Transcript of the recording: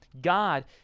God